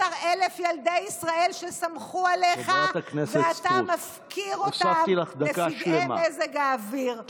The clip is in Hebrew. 12,000 ילדי ישראל שסמכו עליך ואתה מפקיר אותם לפגעי מזג האוויר.